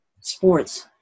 sports